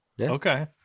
Okay